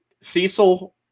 Cecil